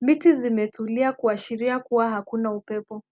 Miti imetulia kuashiria kuwa hakuna upepo.